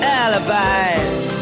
alibis